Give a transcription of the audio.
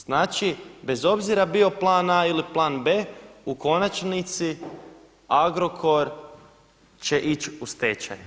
Znači, bez obzira bio plan A ili plan B u konačnici Agrokor će ići u stečaj.